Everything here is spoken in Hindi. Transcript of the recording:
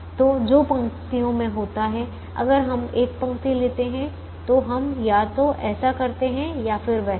तो जो पंक्तियों में होता है अगर हम एक पंक्ति लेते हैं तो हम या तो ऐसा करते हैं या फिर वैसा